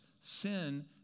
sin